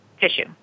tissue